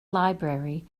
library